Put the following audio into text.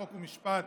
חוק ומשפט,